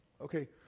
Okay